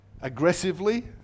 aggressively